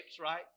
right